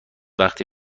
وقتی